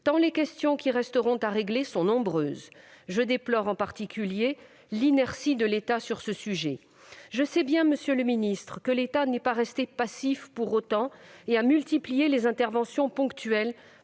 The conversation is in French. tant les questions qui resteront à régler sont nombreuses. Je déplore en particulier l'inertie de l'État sur ce sujet. Monsieur le ministre, je sais bien que l'État n'est pas resté passif : il a multiplié les interventions ponctuelles